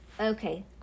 okay